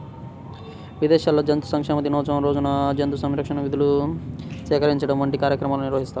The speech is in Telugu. విదేశాల్లో జంతు సంక్షేమ దినోత్సవం రోజున జంతు సంరక్షణకు నిధులు సేకరించడం వంటి కార్యక్రమాలు నిర్వహిస్తారు